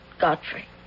Godfrey